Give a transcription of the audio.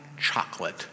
chocolate